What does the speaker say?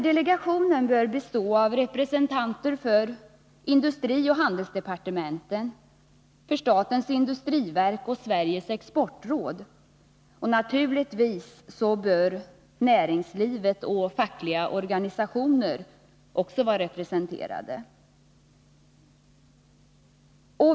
Delegationen bör bestå av representanter för industrioch handelsdepartementen, statens industriverk och Sveriges exportråd. Och naturligtvis bör näringslivet och fackliga organisationer också vara representerade.